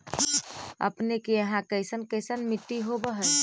अपने के यहाँ कैसन कैसन मिट्टी होब है?